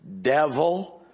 Devil